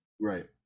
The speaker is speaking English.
Right